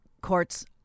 courts